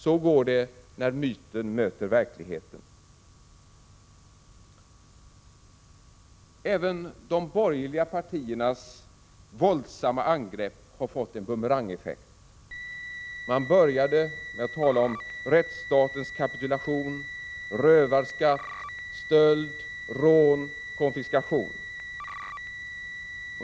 Så går det när myten möter verkligheten. Även de borgerliga partiernas våldsamma angrepp har fått en bumerangeffekt. Man började med att tala om rättsstatens kapitulation, rövarskatt, stöld, rån, konfiskation.